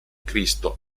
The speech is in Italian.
cristo